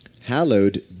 hallowed